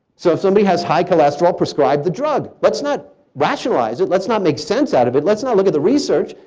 so if somebody has high cholesterol prescribed the drug. let's not rationalize it. let's not make sense out of it. let's not look at the research.